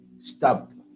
stabbed